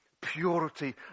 purity